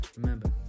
remember